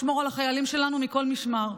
לשמור על החיילים שלנו מכל משמר.